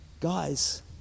guys